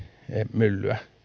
myllyä